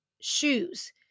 shoes